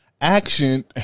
Action